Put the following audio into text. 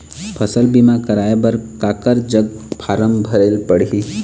फसल बीमा कराए बर काकर जग फारम भरेले पड़ही?